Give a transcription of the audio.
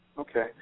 Okay